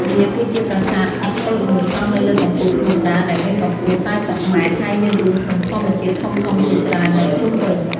វាគឺជាប្រាសាទឥដ្ឋតូចមួយសង់នៅលើកំពូលភ្នំដាដែលមានកម្ពស់ ៤០ ម៉ែត្រ ហើយមានរូងភ្នំធម្មជាតិធំៗជាច្រើននៅជុំវិញ។